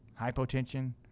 hypotension